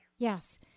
Yes